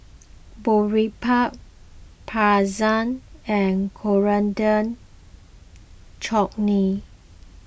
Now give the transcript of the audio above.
Boribap Pretzel and Coriander Chutney